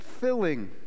filling